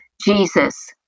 Jesus